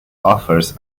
offers